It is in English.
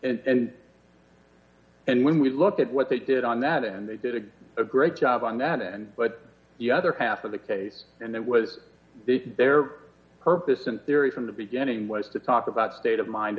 counsel and and when we looked at what they did on that and they did a great job on that end but the other half of the case and that was their purpose in theory from the beginning was to talk about state of mind